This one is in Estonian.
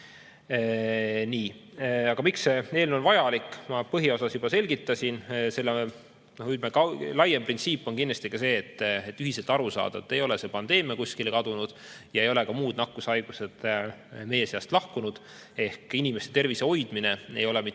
Aga miks see eelnõu on vajalik? Ma põhiosas seda juba selgitasin. Laiem printsiip on kindlasti ka see, et on vaja ühiselt aru saada, et ei ole see pandeemia kuskile kadunud ja ei ole ka muud nakkushaigused meie seast lahkunud. Inimeste tervise hoidmine ei ole mitte